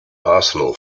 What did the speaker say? arsenal